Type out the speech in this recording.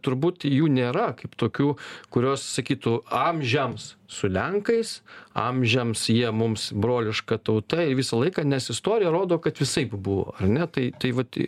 turbūt jų nėra kaip tokių kurios sakytų amžiams su lenkais amžiams jie mums broliška tauta visą laiką nes istorija rodo kad visaip buvo ar ne tai tai vat